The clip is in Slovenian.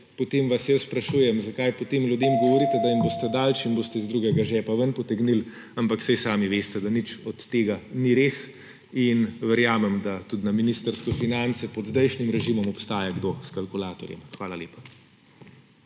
potem vas vprašam, zakaj potem ljudem govorite, da jim boste dali, če jim boste iz drugega žepa potegnili. Ampak saj sami veste, da nič od tega ni res. Verjamem, da tudi na Ministrstvu za finance pod zdajšnjim režimom obstaja kdo s kalkulatorjem. Hvala lepa.